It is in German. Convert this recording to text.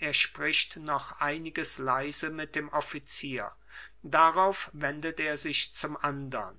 er spricht noch einiges leise mit dem offizier darauf wendet er sich zum andern